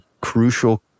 crucial